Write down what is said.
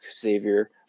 Xavier